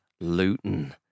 Luton